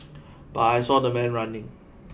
but I saw the man running